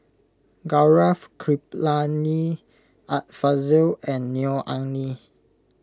Gaurav Kripalani Art Fazil and Neo Anngee